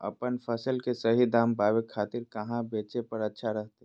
अपन फसल के सही दाम पावे खातिर कहां बेचे पर अच्छा रहतय?